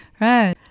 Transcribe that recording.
Right